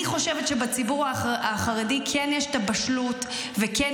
אני חושבת שבציבור החרדי כן יש את הבשלות וכן